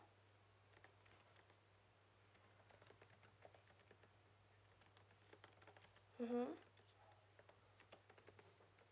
mmhmm